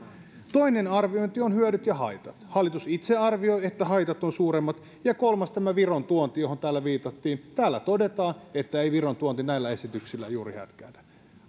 toinen arviointi on hyödyt ja haitat hallitus itse arvioi että haitat ovat suuremmat kolmas on tämä viron tuonti johon täällä viitattiin täällä todetaan että ei viron tuonti näillä esityksillä juuri hätkähdä